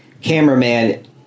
cameraman